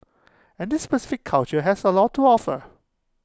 and this specific culture has A lot to offer